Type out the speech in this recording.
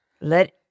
Let